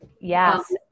Yes